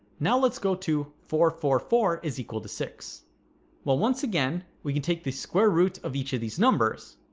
now let's go to four for four is equal to six well once again we can take the square root of each of these numbers